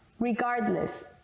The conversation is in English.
regardless